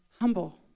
humble